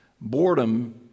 Boredom